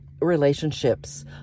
relationships